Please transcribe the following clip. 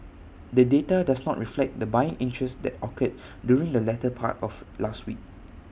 the data does not reflect the buying interest that occurred during the latter part of last week